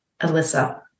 Alyssa